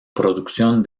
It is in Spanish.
producción